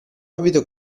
abito